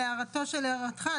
להערתך,